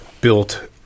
built